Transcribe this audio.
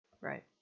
Right